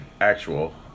actual